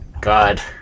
God